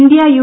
India U